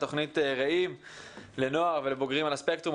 תוכנית רעים לנוער ולבוגרים על הספקטרום.